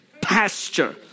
pasture